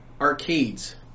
arcades